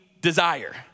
desire